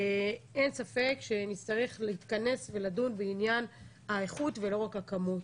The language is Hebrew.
אין ספק שנצטרך להתכנס ולדון בעניין האיכות ולא רק הכמות,